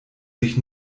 sich